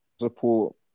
support